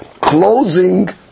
closing